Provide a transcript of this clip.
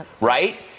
Right